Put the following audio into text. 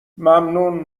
ممنون